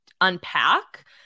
unpack